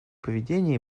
поведения